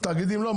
תאגידים לא?